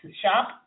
shop